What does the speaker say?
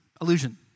illusion